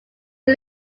who